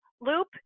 loop